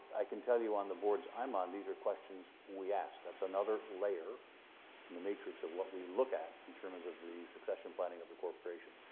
i can tell you on the boards i'm on, these are questions we ask. that's another layer in the matrix of what we look at in terms of the succession planning of the corporation.